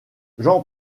jean